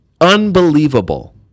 unbelievable